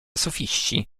sofiści